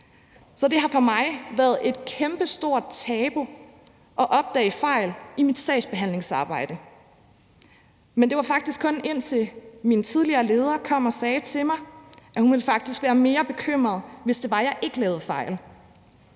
Så det har for mig været et kæmpestort tabu at opdage fejl i mit sagsbehandlingsarbejde, men det var faktisk kun, indtil min tidligere leder kom og sagde til mig, at hun faktisk ville være mere bekymret, hvis jeg ikke lavede fejl.